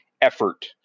effort